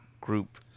group